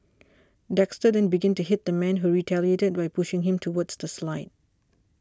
Dexter then began to hit the man who retaliated by pushing him towards the slide